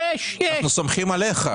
סומכים עליי או שלא.